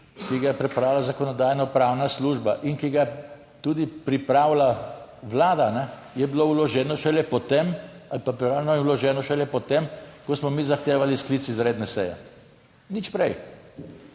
ki ga je pripravila Zakonodajno-pravna služba in ki ga je tudi pripravila Vlada, je bilo vloženo šele potem ali pa pripravljeno je vloženo šele po tem, ko smo mi zahtevali sklic izredne seje, nič prej.